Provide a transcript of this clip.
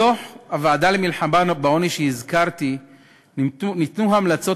בדוח הוועדה למלחמה בעוני שהזכרתי ניתנו המלצות